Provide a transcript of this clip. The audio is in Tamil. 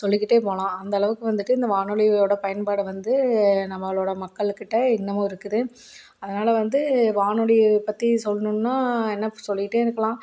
சொல்லிக்கிட்டே போகலாம் அந்த அளவுக்கு வந்துவிட்டு இந்த வானொலியோட பயன்பாடை வந்து நம்மளோட மக்களுக்கிட்ட இன்னமும் இருக்குது அதனால் வந்து வானொலியை பற்றி சொல்ணும்னா இன்னும் சொல்லிக்கிட்டே இருக்கலாம்